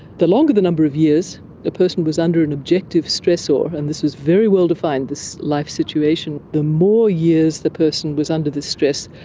the longer the number of years a person was under an objective stressor, and this was very well defined, this life situation, the more years the person was under this stress,